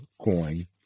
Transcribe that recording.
coin